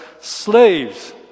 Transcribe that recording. Slaves